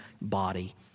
body